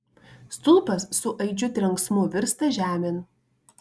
stulpas su aidžiu trenksmu virsta žemėn